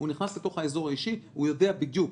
הוא נכנס לתוך האזור האישי והוא יודע בדיוק